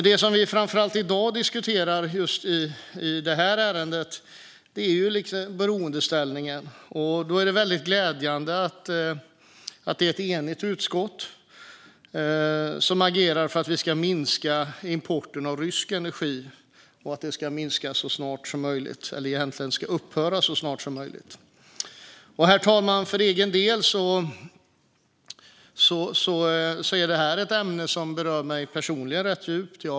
Det vi framför allt diskuterar i dag är beroendeställningen, och det är glädjande att det är ett enigt utskott som agerar för att importen av rysk energi ska upphöra så snart som möjligt. Herr talman! Det här ämnet berör mig personligen.